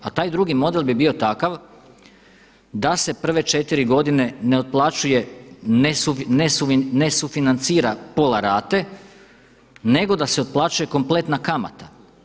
A taj drugi model bi bio takav da se prve četiri godine ne otplaćuje ne sufinancira pola rate, nego da se otplaćuje kompletna kamata.